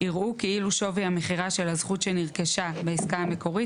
יראו כאילו שווי המכירה של הזכות שנרכשה בעסקה המקורית